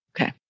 Okay